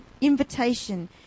invitation